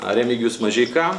remigijus mažeika